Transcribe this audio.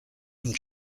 and